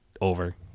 over